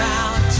out